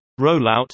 rollout